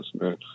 man